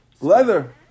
leather